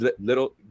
little